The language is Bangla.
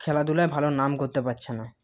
খেলাধুলায় ভালো নাম করতে পারছে না